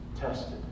Tested